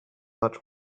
much